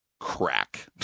Crack